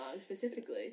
specifically